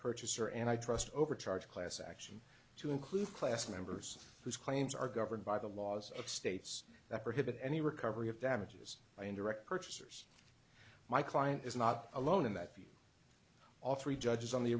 purchaser and i trust overcharge class action to include class members whose claims are governed by the laws of states that prohibit any recovery of damages by indirect purchasers my client is not alone in that view all three judges on the